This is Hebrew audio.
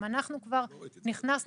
איפה זה כתוב?